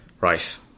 right